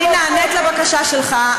אני נענית לבקשה שלך.